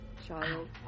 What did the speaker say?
child